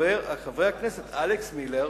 חבר הכנסת אלכס מילר,